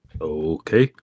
Okay